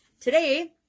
Today